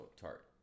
tart